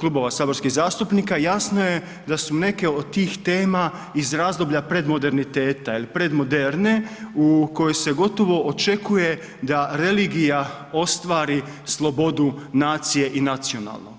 klubova saborskih zastupnika jasno je da su neke od tih tema iz razdoblja predmoderniteta, jel predmoderne u kojoj se gotovo očekuje da religija ostvari slobodu nacije i nacionalnog.